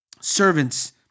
servants